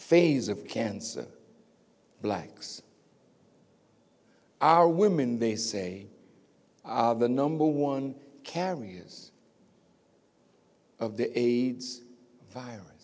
phase of cancer blacks are women they say are the number one carriers of the aids virus